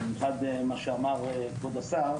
ובמיוחד לגבי מה שאמר השר,